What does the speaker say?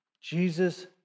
Jesus